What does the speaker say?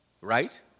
right